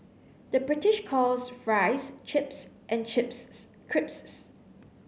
the British calls fries chips and chips crisps